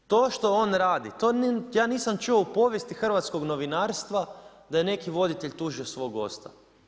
Jer to što on radi, to, ja nisam čuo u povijesti hrvatskog novinarstva da je neki voditelj tužio svog gosta.